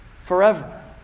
forever